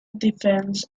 defense